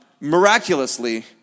miraculously